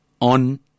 On